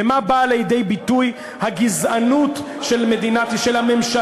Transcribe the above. במה באה לידי ביטוי הגזענות של הממשלה?